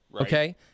okay